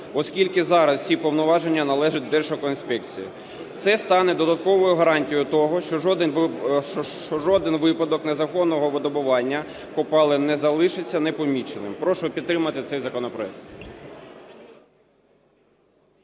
оскільки зараз всі повноваження належать Держекоінспекції. Це стане додатковою гарантією того, що жоден випадок незаконного видобування копалин не залишиться непоміченим. Прошу підтримати цей законопроект.